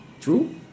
True